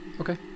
okay